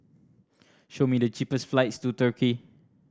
show me the cheapest flights to Turkey